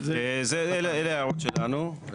אלה ההערות שלנו.